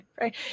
right